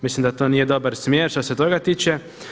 Mislim da to nije dobar smjer, što se toga tiče.